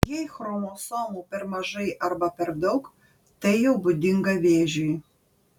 jei chromosomų per mažai arba per daug tai jau būdinga vėžiui